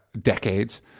decades